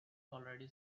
already